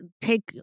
take